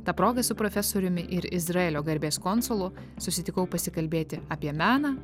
ta proga su profesoriumi ir izraelio garbės konsulu susitikau pasikalbėti apie meną